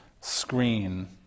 screen